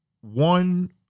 one